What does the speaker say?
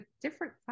different